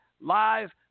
live